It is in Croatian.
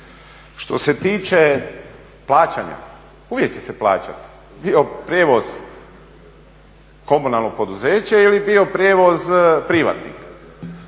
Što se tiče plaćanja, uvijek će se plaćati bilo prijevoz komunalnog poduzeća ili bio prijevoz privatnika.